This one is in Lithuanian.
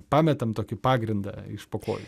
pametam tokį pagrindą iš po kojų